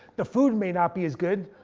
the food may not be as good.